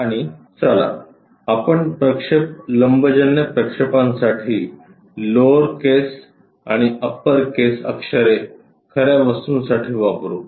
आणि चला आपण प्रक्षेप लंबजन्य प्रक्षेपांसाठी ऑर्थोग्राफिक प्रोजेक्शनसाठी लोअर केस आणि अप्पर केस अक्षरे खऱ्या वस्तूंसाठी वापरू